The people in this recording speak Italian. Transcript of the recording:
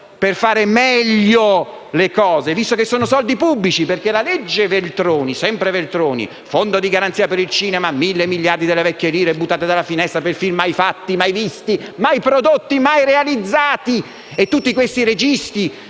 ci sarebbero e visto che sono soldi pubblici. La legge Veltroni (sempre Veltroni: fondo di garanzia per il cinema, 1.000 miliardi delle vecchie lire buttate dalla finestra per film mai fatti, mai visti, mai prodotti, mai realizzati, e tutti questi registi,